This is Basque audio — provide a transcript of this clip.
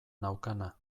naukana